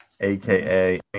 aka